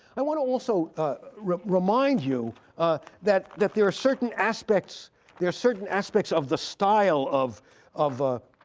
i want also remind you that that there are certain aspects there are certain aspects of the style of of ah